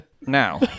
now